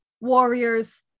warriors